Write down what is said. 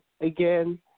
Again